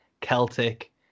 celtic